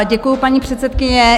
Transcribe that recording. Děkuji, paní předsedkyně.